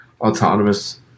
autonomous